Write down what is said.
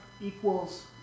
equals